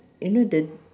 you know the